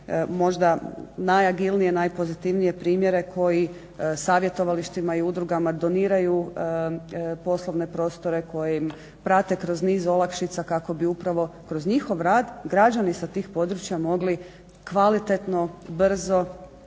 možda najagilnije, najpozitivnije primjer koje savjetovalištima i udrugama doniraju poslovne prostore koje im prate kroz niz olakšica kako bi upravo kroz njihov rad građani sa tih područja mogli kvalitetno, brzo